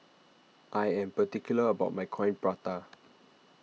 I am particular about my Coin Prata